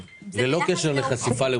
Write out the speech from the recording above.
ללא קשר לחשיפה.